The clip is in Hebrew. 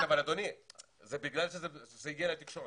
כן, אבל, אדוני, זה בגלל שזה הגיע לתקשורת.